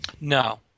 No